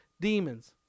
demons